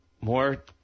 more